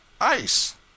Ice